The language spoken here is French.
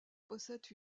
possède